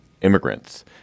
immigrants